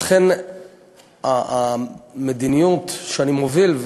לכן המדיניות שאני מוביל,